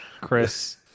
Chris